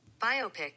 Biopic